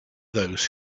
those